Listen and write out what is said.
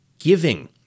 Giving